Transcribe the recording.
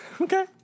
okay